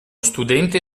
studente